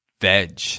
Veg